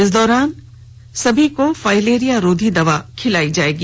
इस दौरान सभी को फाइलेरिया रोधी दवा खिलाई जाएगी